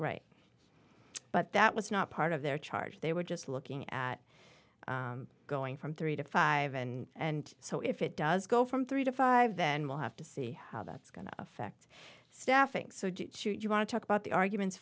right but that was not part of their charge they were just looking at going from three to five and so if it does go from three to five then we'll have to see how that's going to affect staffing so do you want to talk about the arguments